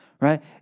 right